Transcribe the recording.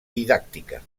didàctica